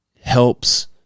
helps